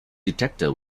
detector